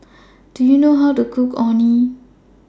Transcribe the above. Do YOU know How to Cook Orh Nee